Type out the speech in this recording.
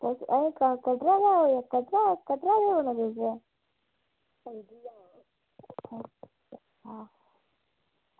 तुस अजें कटरा गै कटरा कटरा दा बोला दे तुस